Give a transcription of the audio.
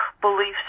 beliefs